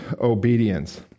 obedience